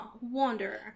Wanderer